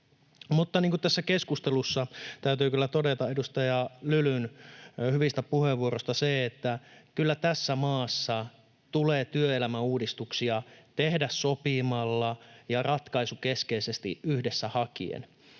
työpaikkaa. Tässä keskustelussa täytyy kyllä todeta edustaja Lylyn hyvistä puheenvuoroista se, että kyllä tässä maassa tulee työelämäuudistuksia tehdä sopimalla ja ratkaisukeskeisesti yhdessä hakien.